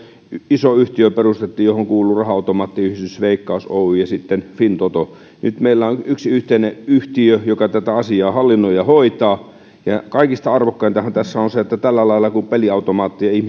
iso yhtiö perustettiin johon kuuluu raha automaattiyhdistys veikkaus oy ja sitten fintoto meillä on yksi yhteinen yhtiö joka tätä asiaa hallinnoi ja hoitaa kaikista arvokkaintahan tässä on se että kun peliautomaatteja ihmiset